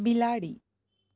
બિલાડી